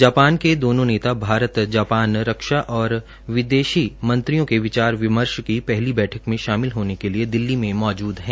Japan के दोनो नेता भारत जापान रक्षा और विदेशी मंत्रियों के विचार विमर्श की पहली बैठक में शामिल होने के लिए दिल्ली में मौजूद हैं